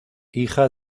hija